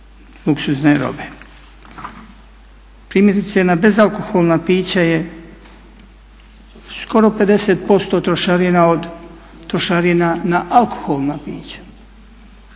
luksuzne robe. Primjerice na bezalkoholna pića je skoro 50% trošarina od trošarina na alkoholna pića.